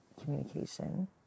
communication